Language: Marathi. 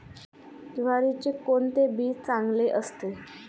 ज्वारीचे कोणते बी चांगले असते?